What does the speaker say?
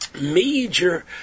major